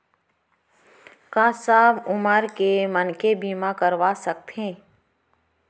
का सब उमर के मनखे बीमा करवा सकथे?